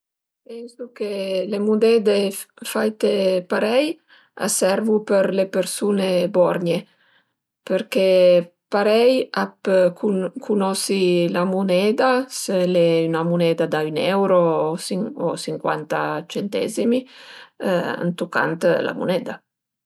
Pensu che le munede faite parei a servu për le persun-e borgne përché parei a pö cunosi la muneda, s'al e 'na muneda da ün euro o sincuanta centezimi ën tucant la muneda